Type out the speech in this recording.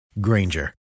Granger